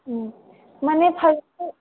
माने